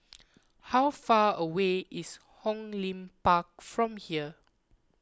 how far away is Hong Lim Park from here